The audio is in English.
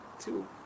two